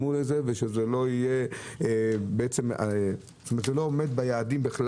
אין עמידה ביעדים,